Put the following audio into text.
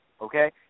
okay